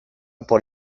por